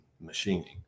machining